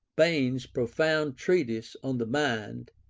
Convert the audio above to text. bain's profound treatise on the mind,